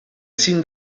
sin